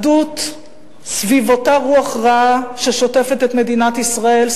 אחדות סביב אותה רוח רעה ששוטפת את מדינת ישראל,